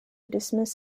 dismiss